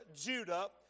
Judah